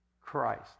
Christ